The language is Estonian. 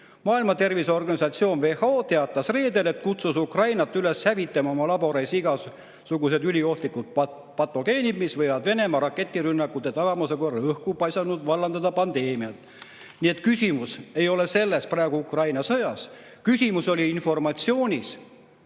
Maailma Terviseorganisatsioon (WHO) teatas reedel, et kutsus Ukrainat üles hävitama oma laboreis igasugused üliohtlikud patogeenid, mis võivad Venemaa raketirünnakute tabamuse korral õhku paiskunult vallandada pandeemiaid." Nii et küsimus ei ole Ukraina sõjas, küsimus on informatsioonis,